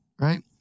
right